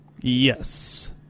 Yes